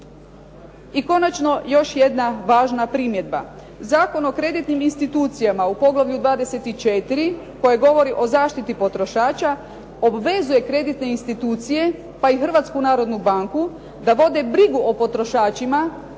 I konačno, još jedna važna primjedba. Zakon o kreditnim institucijama u poglavlju 24 koje govori o zaštiti potrošača obvezuje kreditne institucije, pa i Hrvatsku narodnu banku da vode brigu o potrošačima,